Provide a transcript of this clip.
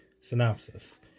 Synopsis